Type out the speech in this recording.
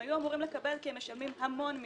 שהם היו אמורים לקבל כי הם משלמים המון מסים.